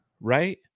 right